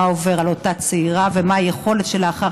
מה עובר על אותה צעירה ומה היכולת שלה אחר